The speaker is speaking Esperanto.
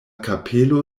kapelo